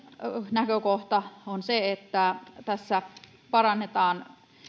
näkökohta on se että tässä parannetaan